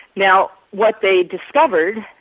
now what they discovered,